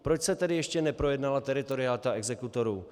Proč se tedy ještě neprojednala teritorialita exekutorů?